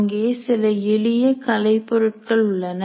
அங்கே சில எளிய கலை பொருட்கள் உள்ளன